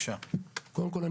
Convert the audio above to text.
קודם כול,